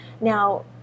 Now